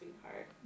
sweetheart